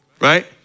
right